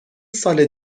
سال